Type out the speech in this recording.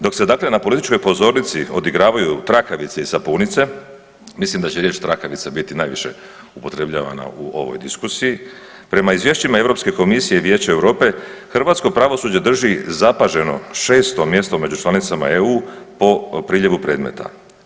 Dok se dakle na političkoj pozornici odigravaju trakavice i sapunice, mislim da će riječ trakavice biti najviše upotrebljavana u ovoj diskusiji, prema izvješćima EU komisije i Vijeća EU, hrvatsko pravosuđe drži zapaženo 6. mjesto među članicama EU po priljevu predmeta.